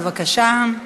בבקשה.